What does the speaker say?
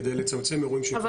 כדי לצמצם אירועים כאלה.